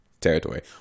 territory